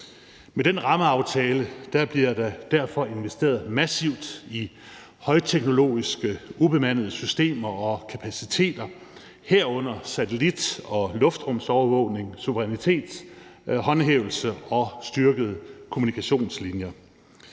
Med den rammeaftale bliver der derved investeret massivt i højteknologiske ubemandede systemer og kapaciteter, herunder satellit- og luftrumsovervågning, suverænitetshåndhævelse og styrkede kommunikationslinjer.